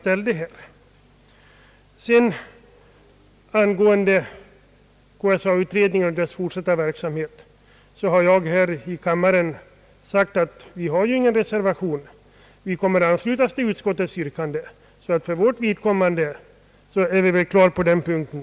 Beträffande KSA-utredningen och dess fortsatta verksamhet har vi inte reserverat oss, utan kommer att ansluta oss till utskottets yrkande. För vårt vidkommande råder det alltså klarhet på den punkten.